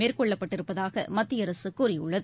மேற்கொள்ளப்பட்டிருப்பதாகமத்தியஅரசுகூறியுள்ளது